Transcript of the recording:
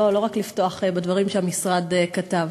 לא רק לפתוח בדברים שהמשרד כתב.